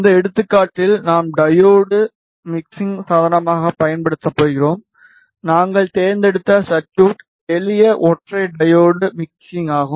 இந்த எடுத்துக்காட்டில் நாம் டையோடு மிக்ஸிங் சாதனமாகப் பயன்படுத்தப் போகிறோம் நாங்கள் தேர்ந்தெடுத்த சர்குய்ட் எளிய ஒற்றை டையோடு மிக்ஸிங் ஆகும்